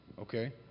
Okay